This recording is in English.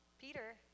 Peter